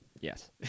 Yes